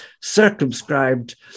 circumscribed